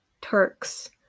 Turks